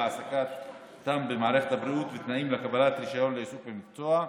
להעסקתם במערכת הבריאות ותנאים לקבלת רישיון לעיסוק במקצוע.